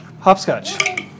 Hopscotch